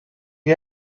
you